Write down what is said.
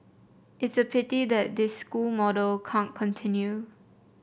it's a pity that this school model can't continue